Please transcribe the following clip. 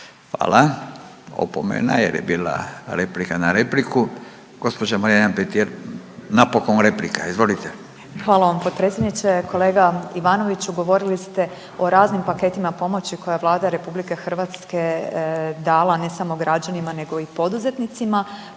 Hvala, opomena jer je bila replika na repliku. Gospođa Marijana Petir napokon replika, izvolite. **Petir, Marijana (Nezavisni)** Hvala vam potpredsjedniče. Kolega Ivanoviću govorili ste o raznim paketima pomoći koje je Vlada RH dala ne samo građanima nego i poduzetnicima,